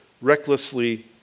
recklessly